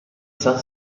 san